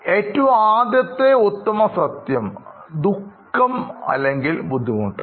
ഏറ്റവും ആദ്യത്തെ ഉത്തമസത്യം ദുഃഖംഅല്ലെങ്കിൽ ബുദ്ധിമുട്ടാണ്